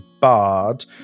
bard